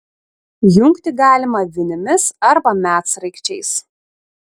jungti galima vinimis arba medsraigčiais